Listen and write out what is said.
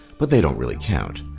but they don't really count.